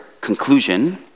conclusion